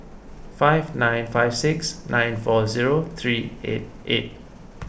five nine five six nine four zero three eight eight